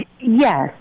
Yes